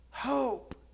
Hope